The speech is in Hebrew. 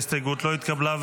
ההסתייגות לא התקבלה.